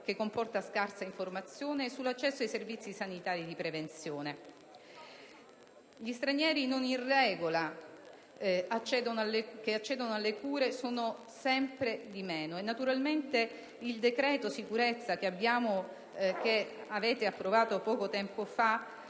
che comporta scarsa informazione sull'accesso ai servizi sanitari di prevenzione. Gli stranieri non in regola che accedono alle cure sono sempre di meno e naturalmente il decreto sicurezza che avete approvato poco tempo fa,